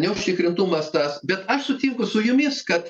neužtikrintumas tas bet aš sutinku su jumis kad